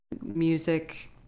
music